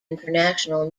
international